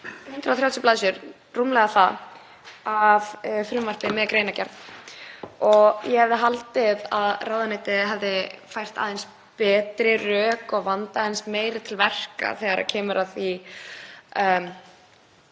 130 blaðsíður, rúmlega það, frumvarp með greinargerð. Ég hefði haldið að ráðuneytið hefði fært aðeins betri rök og vandað aðeins meira til verka þegar kemur að því